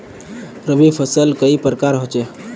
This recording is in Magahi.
रवि फसल कई प्रकार होचे?